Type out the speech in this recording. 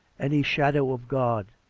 any shadow of god,